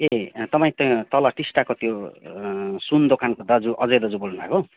ए तपाईँ त तल टिस्टाको त्यो सुन दोकानको दाजु अजय दाजु बोल्नु भएको